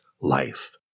life